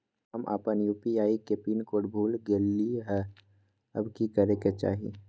हम अपन यू.पी.आई के पिन कोड भूल गेलिये हई, अब की करे के चाही?